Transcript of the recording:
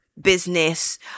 business